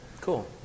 Cool